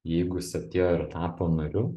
jeigu jis atėjo ir tapo nariu